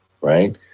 Right